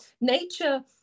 Nature